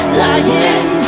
lying